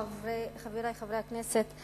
חברי חברי הכנסת,